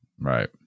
right